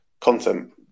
content